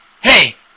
hey